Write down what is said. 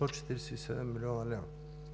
147 млн. лв.